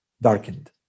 darkened